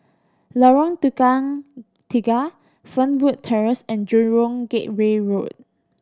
Lorong Tukang Tiga Fernwood Terrace and Jurong Gateway Road